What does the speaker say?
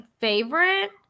favorite